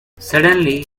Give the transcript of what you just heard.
suddenly